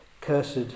Cursed